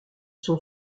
sont